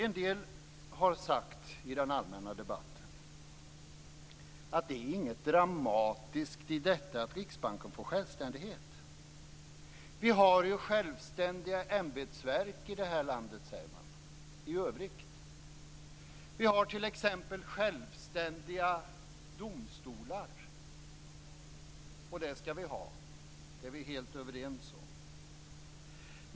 En del har i den allmänna debatten sagt att det inte är något dramatiskt i att Riksbanken får självständighet. Vi har ju självständiga ämbetsverk i övrigt i det här landet, säger man. Det finns t.ex. självständiga domstolar, och det skall vi ha, det är vi helt överens om.